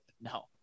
No